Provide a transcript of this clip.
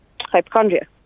hypochondria